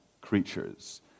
creatures